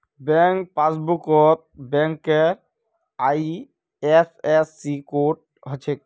bank पासबुकत बैंकेर IFSC code हछे